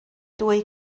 dwy